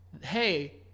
Hey